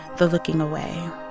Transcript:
the looking away